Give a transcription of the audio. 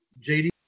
JD